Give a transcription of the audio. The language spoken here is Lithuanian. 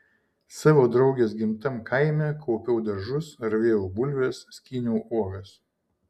savo draugės gimtam kaime kaupiau daržus ravėjau bulves skyniau uogas